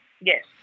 Yes